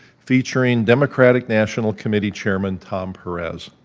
featuring democratic national committee chairman, tom perez.